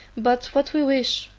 but what we wish,